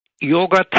yoga